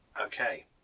okay